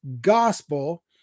gospel